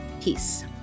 Peace